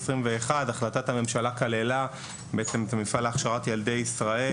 2021 החלטת הממשלה כללה את המפעל להכשרת ילדי ישראל